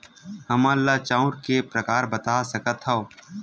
हमन ला चांउर के प्रकार बता सकत हव?